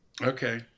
Okay